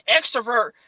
extrovert